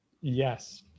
Yes